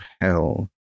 hell